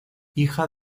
hija